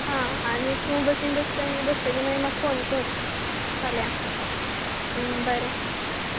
हां आनी तूं बसीन बसतां बसतकीर म्हाका फोन कर फाल्यां बरें